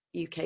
uk